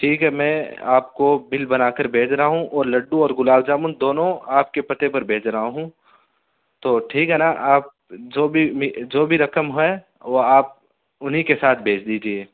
ٹھیک ہے میں آپ کو بل بنا کر بھیج رہا ہوں اور لڈُّو اور گلاب جامن دونوں آپ کے پتے پر بھیج رہا ہوں تو ٹھیک ہے نا آپ جو بھی جو بھی رقم ہے وہ آپ انہیں کے ساتھ بھیج دیجیے